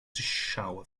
shower